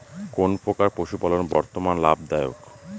কোন প্রকার পশুপালন বর্তমান লাভ দায়ক?